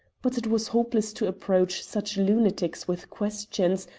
but it was hopeless to approach such lunatics with questions,